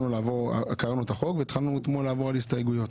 קראנו את החוק והתחלנו לעבור על הסתייגויות.